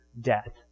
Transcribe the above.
death